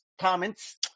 comments